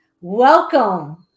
Welcome